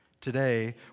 today